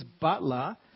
butler